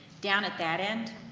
down at that end,